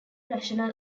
rational